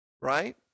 Right